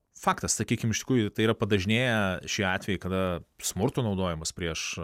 faktas sakykim iš tikrųjų tai yra padažnėję šie atvejai kada smurto naudojimas prieš